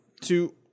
two